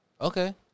Okay